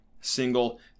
single